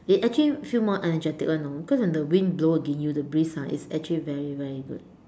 you actually feel more energetic [one] you know because when the wind blow against you the breeze ah it's actually very very good